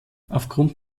aufgrund